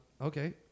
Okay